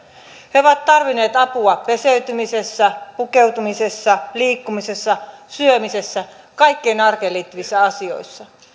he ovat tarvinneet apua peseytymisessä pukeutumisessa liikkumisessa syömisessä kaikissa arkeen liittyvissä asioissa